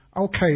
Okay